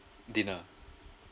dinner